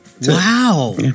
wow